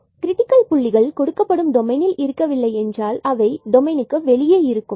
critical புள்ளிகள் கொடுக்கப்படும் டோமைன்ல் இருக்கவில்லை என்றால் அவை வெளியே இருக்கும்